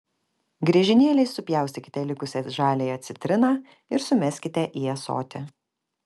griežinėliais supjaustykite likusią žaliąją citriną ir sumeskite į ąsotį